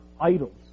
idols